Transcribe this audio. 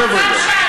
שב רגע.